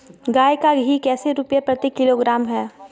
गाय का घी कैसे रुपए प्रति किलोग्राम है?